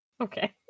Okay